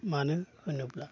मानो होनोब्ला